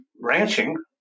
ranching